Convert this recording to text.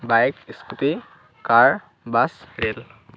bike scooty car bus rail